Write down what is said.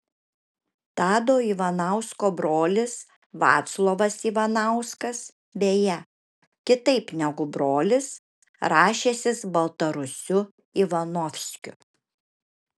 tado ivanausko brolis vaclovas ivanauskas beje kitaip negu brolis rašęsis baltarusiu ivanovskiu